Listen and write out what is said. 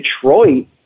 Detroit